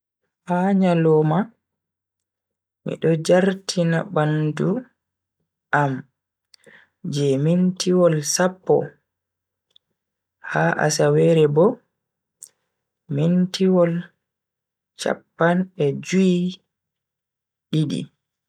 Ha nyaloma mido jartina bantu am je mintiwol sappo, ha asawere bo mintiwol chappan e jue-didi.